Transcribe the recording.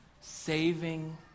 Saving